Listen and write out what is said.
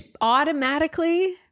automatically